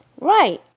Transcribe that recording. right